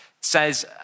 says